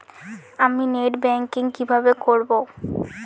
আমি net banking কিভাবে করব?